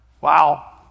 Wow